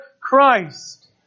Christ